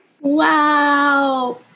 Wow